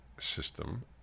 system